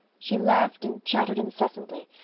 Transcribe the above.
she laughed and chattered incessantly,